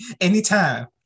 Anytime